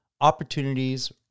opportunities